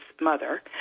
mother